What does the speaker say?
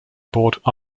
bought